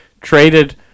traded